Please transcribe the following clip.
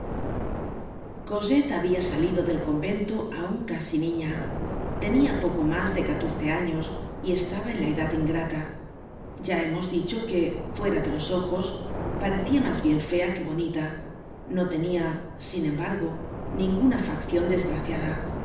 cosette habia salido del covento aun casi niña tenia poco mas de catorce años y estaba en la edad ingrata ya hemos dicho que fuera de los ojos parecía mas bien fea que bonita no tenia sin embargo ninguna faccion desgraciada